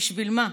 בשביל מה?